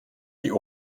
die